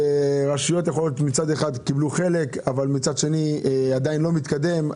שרשויות מצד אחד קיבלו חלק אבל מצד שני עדיין לא מתקדם.